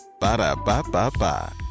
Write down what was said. Ba-da-ba-ba-ba